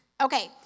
Okay